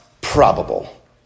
probable